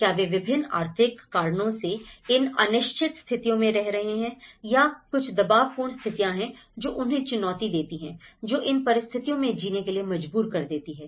क्या वे विभिन्न आर्थिक कारणों से इन अनिश्चित स्थितियों में रह रहे हैं या कुछ दबावपूर्ण स्थितियां हैं जो उन्हें चुनौती देती हैं जो इन परिस्थितियों में जीने के लिए मजबूर कर देती हैं